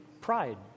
pride